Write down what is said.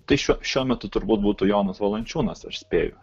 tai šiuo šiuo metu turbūt būtų jonas valančiūnas aš spėju